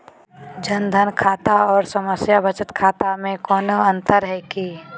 जन धन खाता और सामान्य बचत खाता में कोनो अंतर है की?